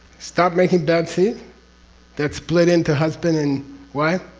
stop making bad seed that split into husband and wife?